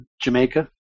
Jamaica